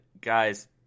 guys